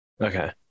okay